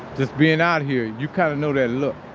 just being out here, you kind of know that look.